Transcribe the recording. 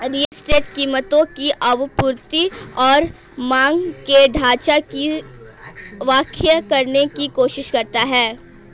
real estate कीमतों की आपूर्ति और मांग के ढाँचा की व्याख्या करने की कोशिश करता है